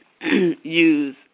use